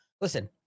listen